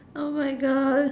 oh my god